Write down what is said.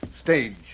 Stage